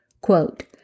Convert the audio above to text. Quote